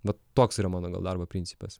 vat toks yra mano gal darbo principas